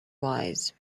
wise